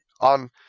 on